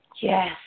Yes